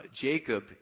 Jacob